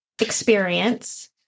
experience